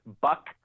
Buck